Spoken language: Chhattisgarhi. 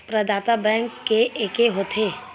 प्रदाता बैंक के एके होथे?